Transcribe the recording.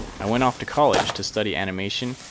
i went off to college to study animation,